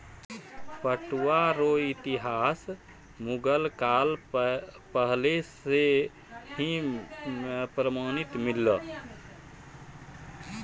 पटुआ रो इतिहास मुगल काल पहले से ही प्रमान मिललै